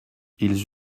ils